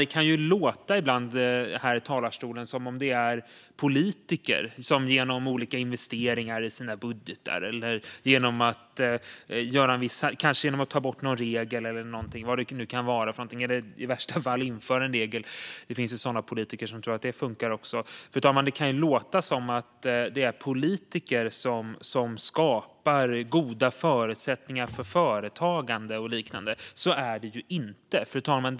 Det kan ibland låta här i talarstolen som om det är politiker som genom olika investeringar, i sina budgetar eller kanske genom att ta bort någon regel eller i värsta fall införa en regel - det finns ju sådana politiker också, som tror att det funkar - skapar goda förutsättningar för företagande och liknande. Så är det ju inte. Fru talman!